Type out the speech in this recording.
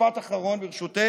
משפט אחרון, ברשותך.